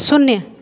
शून्य